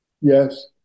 Yes